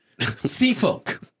Seafolk